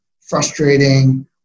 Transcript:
frustrating